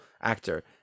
actor